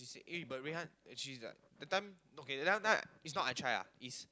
eh but Rui-Han but that time is not I try lah is